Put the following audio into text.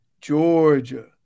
Georgia